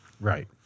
Right